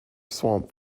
swamp